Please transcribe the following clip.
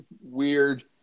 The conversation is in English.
weird